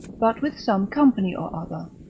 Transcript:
but with some company or other,